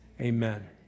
amen